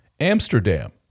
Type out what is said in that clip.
Amsterdam